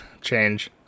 change